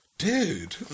Dude